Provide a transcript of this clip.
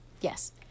yes